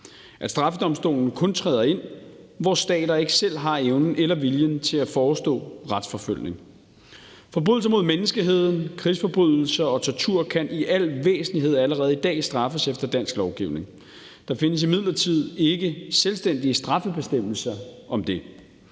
at straffedomstolen kun træder ind der, hvor stater ikke selv har evnen eller viljen til at forestå retsforfølgning. Forbrydelser mod menneskeheden, krigsforbrydelser og tortur kan i al væsentlighed allerede i dag straffes efter dansk lovgivning. Der findes imidlertid ikke selvstændige straffebestemmelser om det.